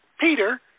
Peter